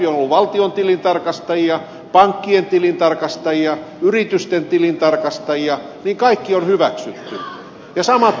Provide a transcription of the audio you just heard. on ollut valtion tilintarkastajia pankkien tilintarkastajia yritysten tilintarkastajia kaikki on hyväksytty ja samat tilintarkastajat jatkavat